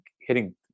hitting